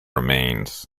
remains